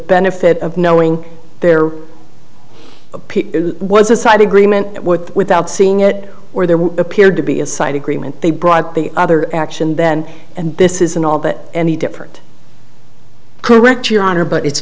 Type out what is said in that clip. benefit of knowing their was a side agreement with without seeing it or there appeared to be a side agreement they brought the other action then and this isn't all that any different correct your honor but it's